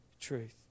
truth